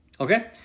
Okay